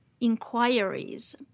inquiries